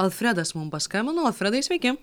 alfredas mum paskambino alfredai sveiki